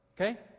Okay